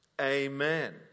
Amen